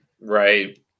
Right